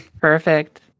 Perfect